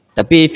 Tapi